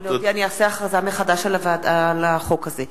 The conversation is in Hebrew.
אני אכריז מחדש על החוק הזה.